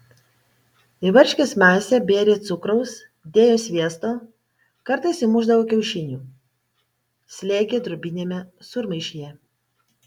į varškės masę bėrė cukraus dėjo sviesto kartais įmušdavo kiaušinių slėgė drobiniame sūrmaišyje